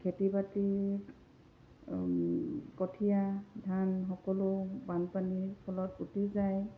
খেতি বাতি কঠীয়া ধান সকলো বানপানীৰ ফলত উুটি যায়